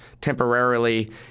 temporarily